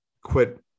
quit